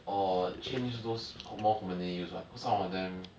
orh change those more commoner use [one] cause some of them